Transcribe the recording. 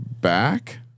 back